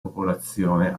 popolazione